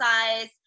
size